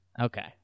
Okay